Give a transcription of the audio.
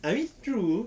I mean true